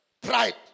Pride